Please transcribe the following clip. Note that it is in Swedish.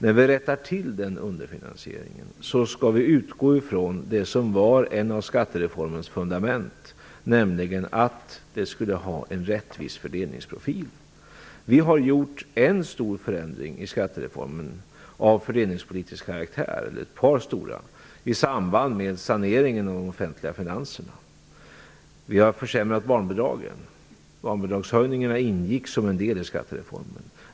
När vi rättar till den underfinansieringen skall vi utgå ifrån det som var ett av skattereformens fundament, nämligen att den skulle ha en rättvis fördelningsprofil. Vi har genomfört ett par stora förändringar i skattereformen av fördelningspolitisk karaktär i samband med saneringen av de offentliga finanserna. Vi har försämrat barnbidragen - barnbidragshöjningarna ingick som en del i skattereformen.